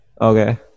Okay